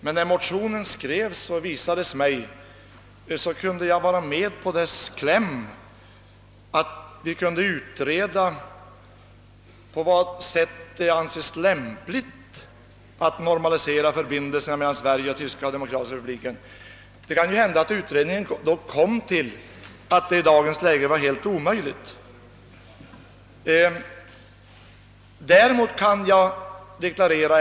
Men när motionen skrevs och visades mig, kunde jag vara med på dess kläm, att vi kunde utreda på vad sätt det kan anses lämpligt att normalisera förbindelserna mellan Sverige och Tyska demokratiska republiken. Det kan ju hända att utredningen skulle komma till resultatet att det i dagens läge är helt omöjligt att normalisera förbindelserna.